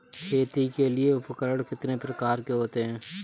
खेती के लिए उपकरण कितने प्रकार के होते हैं?